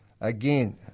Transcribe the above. again